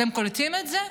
אתם קולטים את זה,